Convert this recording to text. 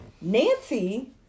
Nancy